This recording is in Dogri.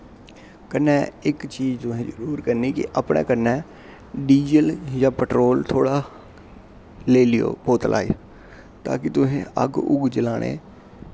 कन्नै इक चीज़ तुसें जरूर करनी कि अपने कन्नै डीज़ल जां पेट्रोल थोह्ड़ा लेई लैएओ बोतला च ताकि तुसेंगी अग्ग उग्ग जलाने